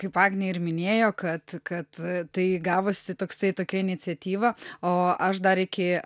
kaip agnė ir minėjo kad kad tai gavosi toksai tokia iniciatyva o aš dar iki